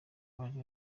bari